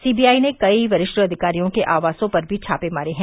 CBI ने कई वरिष्ठ अधिकारियों के आवासों पर भी छापे मारे हैं